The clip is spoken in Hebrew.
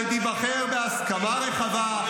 שתיבחר בהסכמה רחבה,